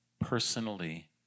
personally